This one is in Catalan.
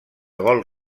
gol